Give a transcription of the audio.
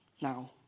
now